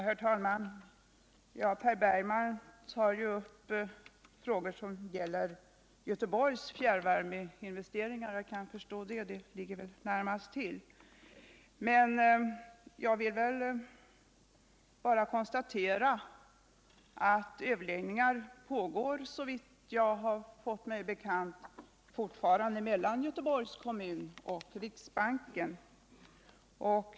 Herr talman! Per Bergman tar upp frågor som gäller Göteborgs fjärrvärmeinvesteringar, och jag kan förstå det; det ligger väl närmast till. Jag vill då bara konstatera att överläggningar enligt vad jag har mig bekant fortfarande pågår mellan Göteborgs kommun och riksbanken.